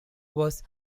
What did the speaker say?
was